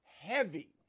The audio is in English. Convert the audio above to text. heavy